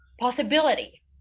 possibility